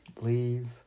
leave